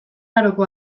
aroko